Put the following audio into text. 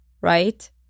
right